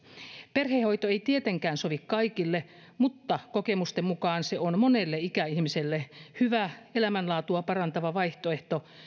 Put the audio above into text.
perhehoito ei tietenkään sovi kaikille mutta kokemusten mukaan se on monelle ikäihmiselle hyvä elämänlaatua parantava vaihtoehto